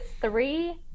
three